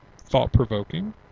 thought-provoking